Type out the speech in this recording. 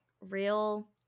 real